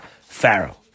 Pharaoh